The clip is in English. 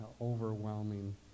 overwhelming